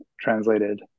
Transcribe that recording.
translated